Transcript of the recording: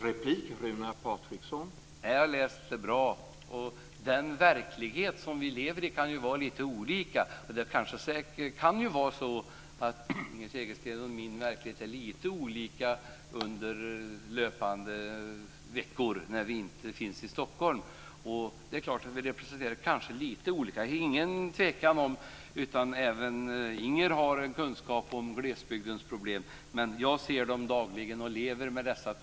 Herr talman! Jag har läst det bra. Den verklighet vi lever i kan ju se lite olika ut. Inger Segelströms och min verklighet kan ju vara lite olika under veckor då vi inte finns i Stockholm. Vi representerar kanske lite olika verkligheter. Det är ingen tvekan om att även Inger Segelström har kunskap om glesbygdens problem. Men jag ser dem dagligen och lever med dem.